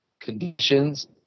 Conditions